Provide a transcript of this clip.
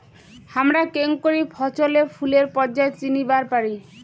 হামরা কেঙকরি ফছলে ফুলের পর্যায় চিনিবার পারি?